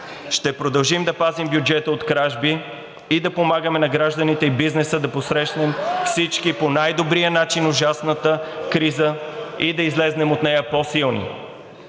Ще продължим да пазим бюджета от кражби и да помагаме на гражданите и бизнеса да посрещнем (шум и реплики от ГЕРБ-СДС) всички по най-добрия начин ужасната криза и да излезем от нея по-силни.